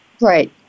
Right